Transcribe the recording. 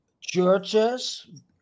churches